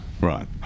Right